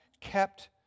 kept